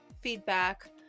feedback